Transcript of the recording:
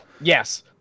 Yes